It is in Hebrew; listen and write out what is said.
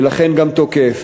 ולכן גם תוקף.